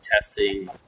testing